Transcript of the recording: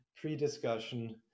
pre-discussion